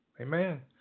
Amen